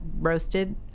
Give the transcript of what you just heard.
Roasted